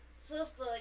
sister